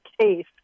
case